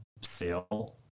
sale